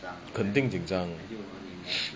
肯定紧张